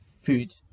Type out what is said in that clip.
food